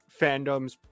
fandoms